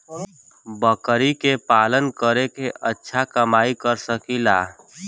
बकरी के पालन करके अच्छा कमाई कर सकीं ला?